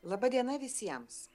laba diena visiems